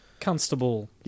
constable